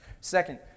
Second